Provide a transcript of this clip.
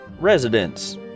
Residents